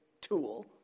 tool